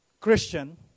Christian